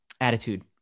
attitude